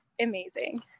amazing